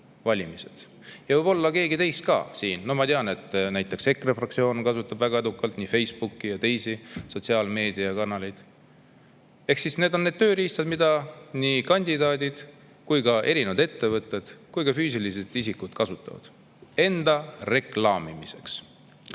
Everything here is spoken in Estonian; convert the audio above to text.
ja võib-olla ka keegi teine siin. Ma tean, et näiteks EKRE fraktsioon kasutab väga edukalt Facebooki ja teisi sotsiaalmeediakanaleid. Need on need tööriistad, mida nii kandidaadid kui ka ettevõtjad ja füüsilised isikud kasutavad enda reklaamimiseks.